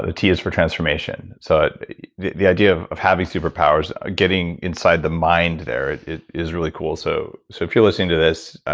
ah t is for transformation. so but the the idea of of having superpowers, getting inside the mind there, is really cool. so so if you're listening to this,